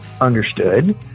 understood